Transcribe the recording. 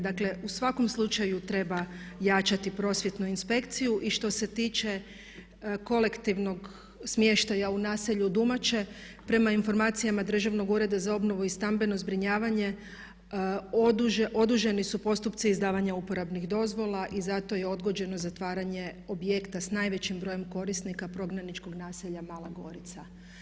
Dakle u svakom slučaju treba jačati prosvjetnu inspekciju i što se tiče kolektivnog smještaja u naselju Dumače prema informacijama Državnog ureda za obnovu i stambeno zbrinjavanje oduženi su postupci izdavanja uporabnih dozvola i zato je odgođeno zatvaranje objekta s najvećim brojem korisnika prognaničkog naselja Mala Gorica.